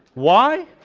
why